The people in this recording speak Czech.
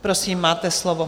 Prosím, máte slovo.